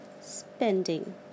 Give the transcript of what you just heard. Spending